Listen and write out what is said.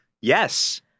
Yes